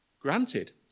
Granted